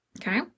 Okay